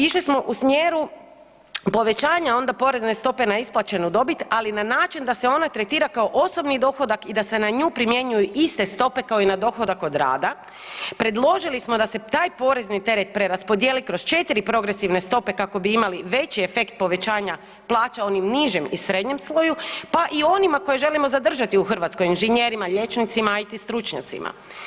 Išli smo u smjeru povećanja onda porezne stope na isplaćenu dobit, ali na način da se ona tretira kao osobni dohodak i da se na nju primjenjuju iste stope kao i na dohodak od rada, predložili smo da se taj porezni teret preraspodijeli kroz 4 progresivne stope kako bi imali veći efekt povećanja plaća onom nižem i srednjem sloju, pa i onima koje želimo zadržati u Hrvatskoj, inženjerima, liječnicima, IT stručnjacima.